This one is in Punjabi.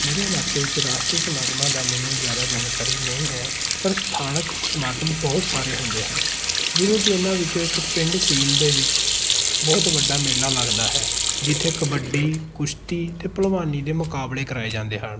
ਮੇਰੇ ਇਲਾਕੇ ਵਿਚ ਰਾਸ਼ਟਰੀ ਸਮਾਗਮਾਂ ਦਾ ਮੈਨੂੰ ਜ਼ਿਆਦਾ ਜਾਣਕਾਰੀ ਨਹੀਂ ਹੈ ਪਰ ਸਥਾਨਕ ਸਮਾਗਮ ਬਹੁਤ ਸਾਰੇ ਹੁੰਦੇ ਹਨ ਜਿਵੇਂ ਕਿ ਇਹਨਾਂ ਵਿੱਚੋਂ ਇੱਕ ਪਿੰਡ ਸੀਲ ਦੇ ਵਿੱਚ ਬਹੁਤ ਵੱਡਾ ਮੇਲਾ ਲੱਗਦਾ ਹੈ ਜਿੱਥੇ ਕਬੱਡੀ ਕੁਸ਼ਤੀ ਤੇ ਭਲਵਾਨੀ ਦੇ ਮੁਕਾਬਲੇ ਕਰਾਏ ਜਾਂਦੇ ਹਨ